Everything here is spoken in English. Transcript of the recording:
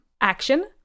Action